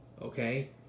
okay